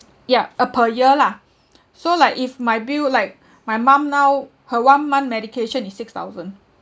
yeah uh per year lah so like if my bill like my mum now her one month medication is six thousand